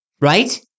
right